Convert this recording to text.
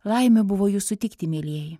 laimė buvo jus sutikti mielieji